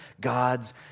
God's